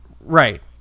Right